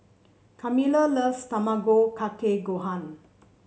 Carmela loves Tamago Kake Gohan